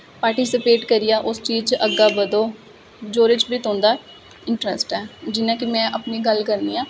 participate करियै उस चीज च अग्गै बधो जोहदे च बी तुंदा इंटरेस्ट ऐ जियां कि में अपनी गल्ला करनी आं